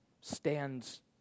stands